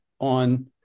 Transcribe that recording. on